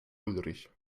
ulrich